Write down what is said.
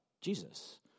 Jesus